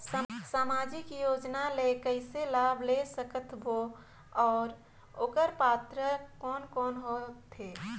समाजिक योजना ले कइसे लाभ ले सकत बो और ओकर पात्र कोन कोन हो थे?